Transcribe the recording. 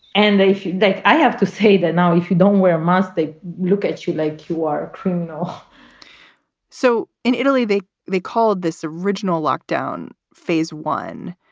and they should. like i have to say that now, if you don't wear a mask, they look at you like you are a criminal so in italy, they they called this original lockdown phase one.